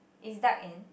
it's dark in